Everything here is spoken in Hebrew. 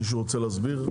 מישהו רוצה להסביר?